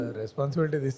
responsibility